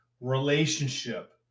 relationship